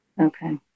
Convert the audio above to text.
Okay